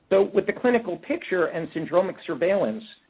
so with the clinical picture and syndromic surveillance,